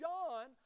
John